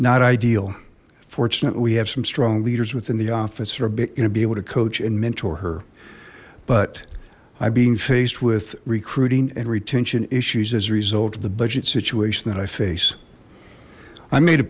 not ideal unfortunately we have some strong leaders within the office or a bit gonna be able to coach and mentor her but by being faced with recruiting and retention issues as a result of the budget situation that i face i made a